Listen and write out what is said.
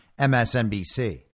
MSNBC